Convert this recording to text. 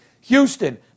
Houston